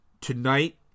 tonight